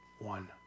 One